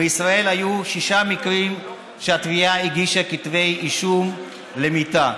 בישראל היו שישה מקרים שהתביעה הגישה כתבי אישום למיתה.